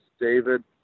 David